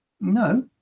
No